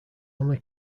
only